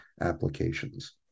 applications